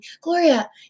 Gloria